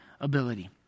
ability